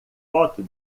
foto